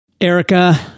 Erica